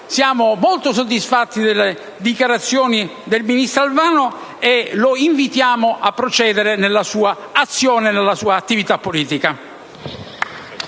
essere molto soddisfatti delle dichiarazioni del ministro Alfano e lo invitiamo a procedere nella sua azione e nella sua attività politica.